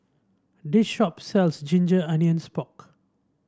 this shop sells Ginger Onions Pork